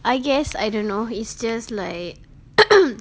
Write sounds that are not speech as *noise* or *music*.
I guess I don't know is just like *noise*